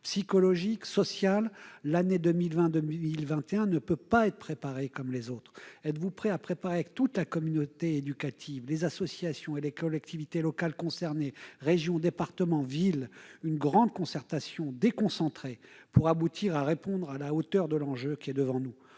psychologique et social ? L'année scolaire 2020-2021 ne peut pas être préparée de la même façon les autres. Êtes-vous prêt à lancer avec toute la communauté éducative, les associations et les collectivités territoriales concernées- régions, départements, villes -une grande concertation déconcentrée pour élaborer une réponse à la hauteur de l'enjeu qui est devant nous,